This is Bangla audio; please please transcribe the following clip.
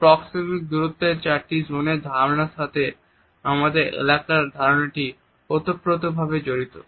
প্রক্সেমিকস দূরত্বের চারটি জোনের ধারনার সাথে আমাদের এলাকার ধারণাটি ওতপ্রোতভাবে জড়িত